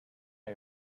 are